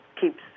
keeps